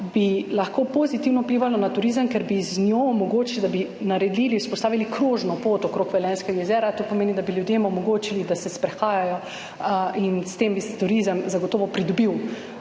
se lahko pozitivno vplivalo na turizem, ker bi z njo omogočili, da bi naredili, vzpostavili krožno pot okrog Velenjskega jezera. To pomeni, da bi ljudem omogočili, da se sprehajajo, in s tem bi turizem zagotovo pridobil,